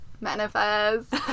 manifest